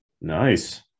Nice